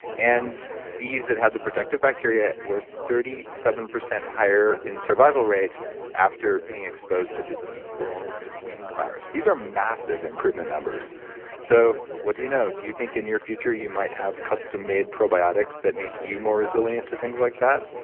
and bees that had the protective bacteria were thirty seven percent higher in survival rate after being exposed to the deformed winged virus. these are massive improvement numbers so what do you know? do you think in your future you might have custom made probiotics that make you more resilient to things like that?